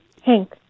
Hank